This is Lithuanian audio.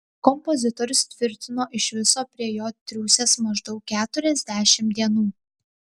kompozitorius tvirtino iš viso prie jo triūsęs maždaug keturiasdešimt dienų